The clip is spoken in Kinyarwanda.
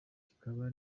kikaba